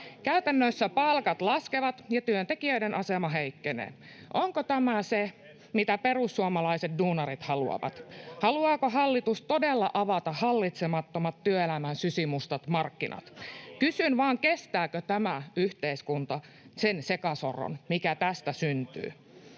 Käytännössä palkat laskevat ja työntekijöiden asema heikkenee. Onko tämä se, mitä perussuomalaiset duunarit haluavat? Haluaako hallitus todella avata hallitsemattomat työelämän sysimustat markkinat? [Vasemmalta: Kyllä haluaa!] Kysyn vaan, kestääkö tämä yhteiskunta sen sekasorron, mikä tästä syntyy.